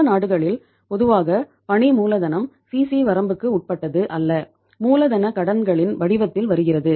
மற்ற நாடுகளில் பொதுவாக பணி மூலதனம் சிசி வரம்புக்கு உட்பட்டது அல்ல மூலதன கடன்களின் வடிவத்தில் வருகிறது